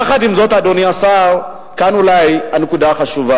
יחד עם זאת, אדוני השר, כאן אולי הנקודה החשובה.